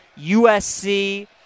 USC